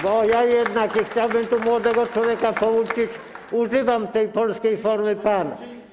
Bo ja jednak, i chciałbym tu młodego człowieka pouczyć, używam tej polskiej formy „pan”